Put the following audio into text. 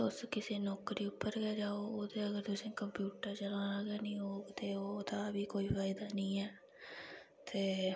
तुस किसै नौकरी उप्पर गै जाओ ते अगर तुसें कंप्यूटर चलाना गै नी औग ते ओह्दा बी कोई फायदा नी ऐ ते